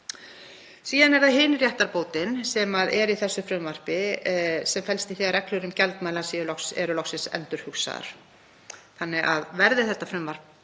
Síðan er það hin réttarbótin sem er í þessu frumvarpi en hún felst í því að reglur um gjaldmæla eru loksins endurhugsaðar. Verði þetta frumvarp